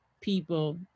people